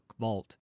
vault